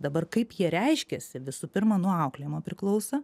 dabar kaip jie reiškiasi visų pirma nuo auklėjimo priklauso